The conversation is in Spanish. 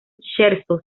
scherzo